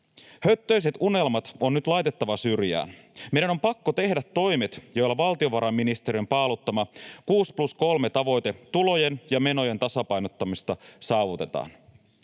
Höttöiset unelmat on nyt laitettava syrjään. Meidän on pakko tehdä toimet, joilla valtiovarainministeriön paaluttama 6+3-tavoite tulojen ja menojen tasapainottamisesta saavutetaan: